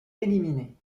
éliminée